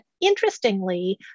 interestingly